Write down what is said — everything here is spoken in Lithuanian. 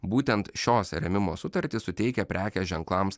būtent šios rėmimo sutartys suteikia prekės ženklams